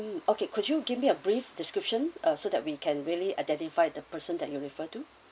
mm okay could you give me a brief description uh so that we can really identify the person that you refer to